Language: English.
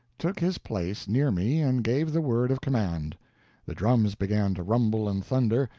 took his place near me and gave the word of command the drums began to rumble and thunder,